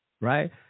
Right